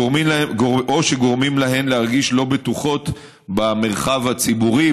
או שגורמים להן להרגיש לא בטוחות במרחב הציבורי,